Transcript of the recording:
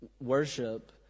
Worship